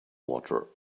water